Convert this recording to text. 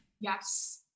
Yes